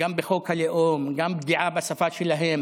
גם בחוק הלאום, גם בפגיעה בשפה שלהם,